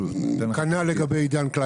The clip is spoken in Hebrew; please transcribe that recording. כנ"ל לגבי עידן קליימן.